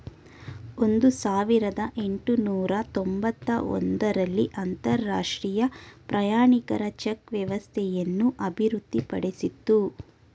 ಒಂದು ಸಾವಿರದ ಎಂಟುನೂರು ತೊಂಬತ್ತ ಒಂದು ರಲ್ಲಿ ಅಂತರಾಷ್ಟ್ರೀಯ ಪ್ರಯಾಣಿಕರ ಚೆಕ್ ವ್ಯವಸ್ಥೆಯನ್ನು ಅಭಿವೃದ್ಧಿಪಡಿಸಿತು